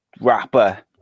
rapper